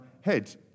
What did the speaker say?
head